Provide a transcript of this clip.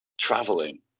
traveling